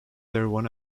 everyone